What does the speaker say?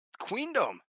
Queendom